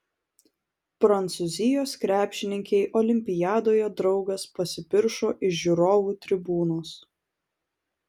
prancūzijos krepšininkei olimpiadoje draugas pasipiršo iš žiūrovų tribūnos